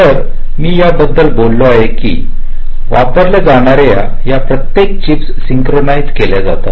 तर मी याबद्दल बोललो आहे कि वापरल्या जाणाऱ्या या बऱ्याच चिप्स सिंक्रोनाइज केल्या जातात